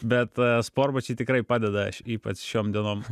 bet sportbačiai tikrai padeda ypač šiom dienom